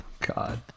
God